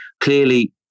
Clearly